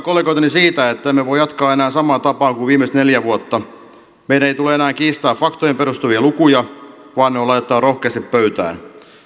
kollegoitani siitä että emme voi jatkaa enää samaan tapaan kuin viimeiset neljä vuotta meidän ei tule enää kiistää faktoihin perustuvia lukuja vaan ne on laitettava rohkeasti pöytään